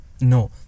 no